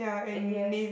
and he has